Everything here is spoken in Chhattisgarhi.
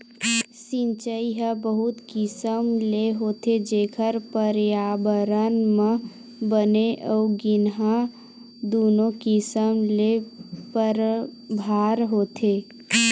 सिचई ह बहुत किसम ले होथे जेखर परयाबरन म बने अउ गिनहा दुनो किसम ले परभाव होथे